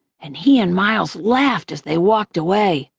and he and miles laughed as they walked away.